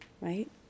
right